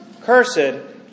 Cursed